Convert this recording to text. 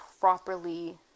properly